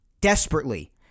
desperately